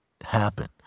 happen